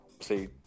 See